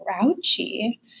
grouchy